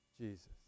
Jesus